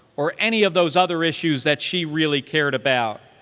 or any of those other issues that she really cared about.